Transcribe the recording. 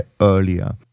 earlier